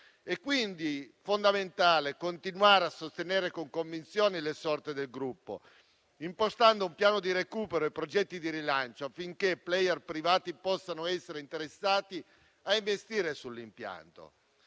È quindi fondamentale continuare a sostenere con convinzione le sorti del gruppo, impostando un piano di recupero e progetti di rilancio affinché *player* privati possano essere interessati a investire sull'impianto.